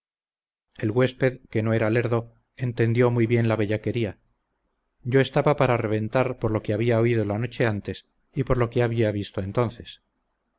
el huésped que no era lerdo entendió muy bien la bellaquería yo estaba para reventar por lo que había oído la noche antes y por lo que había visto entonces